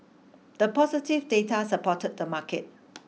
the positive data supported the market